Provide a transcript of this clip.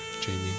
Jamie